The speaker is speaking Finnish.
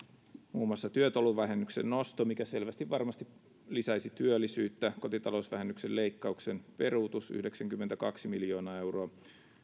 muun muassa työtulovähennyksen nosto mikä varmasti selvästi lisäisi työllisyyttä kotitalousvähennyksen leikkauksen peruutus yhdeksänkymmentäkaksi miljoonaa euroa